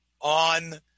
on